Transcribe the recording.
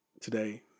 today